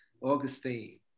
Augustine